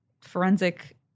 forensic